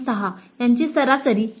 6 सरासरी 3